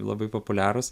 labai populiarūs